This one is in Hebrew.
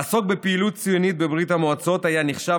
לעסוק בפעילות ציונית בברית המועצות היה נחשב